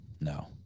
no